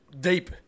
deep